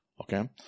Okay